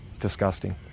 disgusting